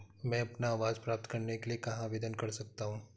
मैं अपना आवास प्राप्त करने के लिए कहाँ आवेदन कर सकता हूँ?